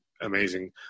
amazing